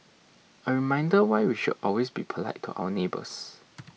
a reminder why we should always be polite to our neighbours